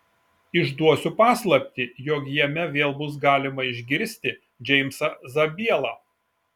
išduosiu paslaptį jog jame vėl bus galima išgirsti džeimsą zabielą